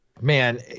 Man